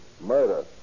Murder